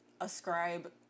ascribe